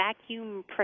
vacuum